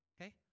Okay